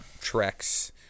treks